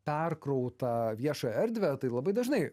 perkrautą viešą erdvę tai labai dažnai